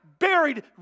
Buried